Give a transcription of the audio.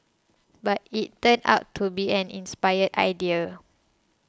but it turned out to be an inspired idea